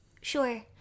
sure